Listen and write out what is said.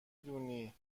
دونی